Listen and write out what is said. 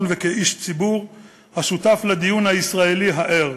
וכאיש ציבור השותף לדיון הישראלי הער.